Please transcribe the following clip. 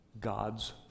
God's